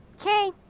Okay